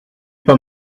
pas